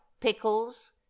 pickles